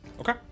Okay